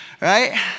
Right